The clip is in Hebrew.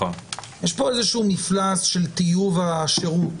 יש פה מפלס של טיוב השירות.